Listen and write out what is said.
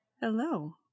Hello